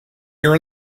here